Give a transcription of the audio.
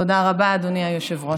תודה רבה, אדוני היושב-ראש.